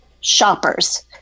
shoppers